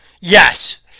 Yes